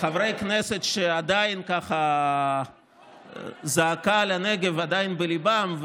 חברי כנסת שעדיין הזעקה על הנגב עדיין בליבם,